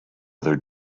other